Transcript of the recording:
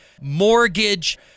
mortgage